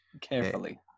carefully